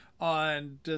on